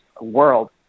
world